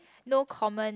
no common